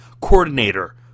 coordinator